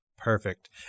Perfect